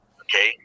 okay